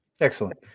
excellent